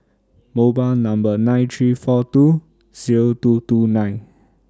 mobile Number nine three four two Zero two two nine